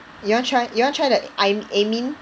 你要 try 你要 try the Ai~ Amin